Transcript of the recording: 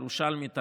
ירושלמית,